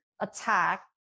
attack